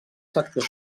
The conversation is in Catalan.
sector